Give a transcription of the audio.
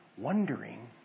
wondering